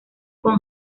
con